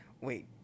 wait